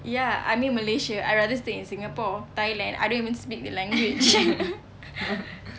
ya I mean malaysia I'd rather stay in singapore thailand I don't even speak the language